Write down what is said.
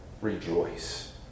rejoice